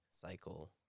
cycle